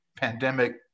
pandemic